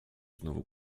znowu